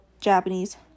Japanese